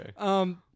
Okay